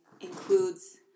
includes